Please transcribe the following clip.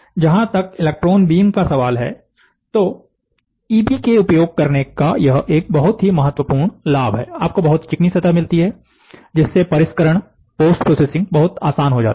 जहां तक electron beam का सवाल है तो इबी के उपयोग करने का यह एक बहुत ही महत्वपूर्ण लाभ है आपको बहुत चिकनी सतह मिलती है जिससे परिष्करण पोस्ट प्रोसेसिंग बहुत आसान हो जाती है